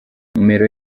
nimero